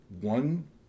one